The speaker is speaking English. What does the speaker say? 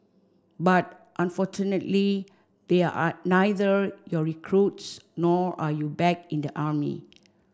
but unfortunately they are neither your recruits nor are you back in the army